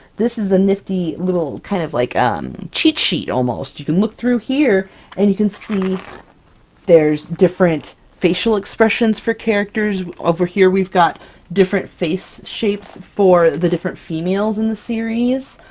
this is a nifty little kind of like, um cheat-sheet, almost! you can look through here and you can see there's different facial expressions for characters. over here, we've got different face shapes for the different females in the series,